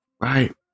Right